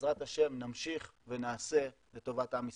בעזרת ה' נמשיך ונעשה לטובת עם ישראל.